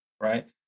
right